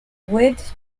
wood